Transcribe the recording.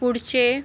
पुढचे